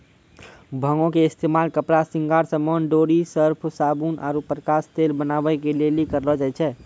भांगो के इस्तेमाल कपड़ा, श्रृंगार समान, डोरी, सर्फ, साबुन आरु प्रकाश तेल बनाबै के लेली करलो जाय छै